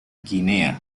guinea